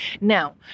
Now